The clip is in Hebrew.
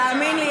תאמין לי,